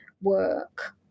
work